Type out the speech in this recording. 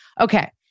okay